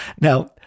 now